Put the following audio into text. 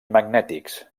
magnètics